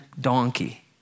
donkey